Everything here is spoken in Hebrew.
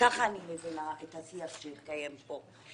ככה אני מבינה את השיח שהתקיים פה.